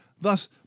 thus